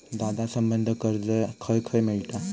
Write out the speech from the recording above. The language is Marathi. दादा, संबंद्ध कर्ज खंय खंय मिळता